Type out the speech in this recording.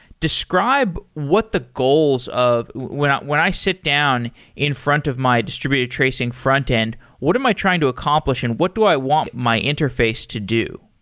describe what the goals of when when i sit down in front of my distributed tracing frontend, what am i trying to accomplish and what do i want my interface to do?